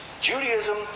Judaism